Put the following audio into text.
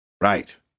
Right